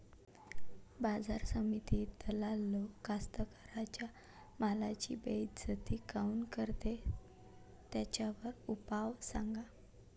बाजार समितीत दलाल लोक कास्ताकाराच्या मालाची बेइज्जती काऊन करते? त्याच्यावर उपाव सांगा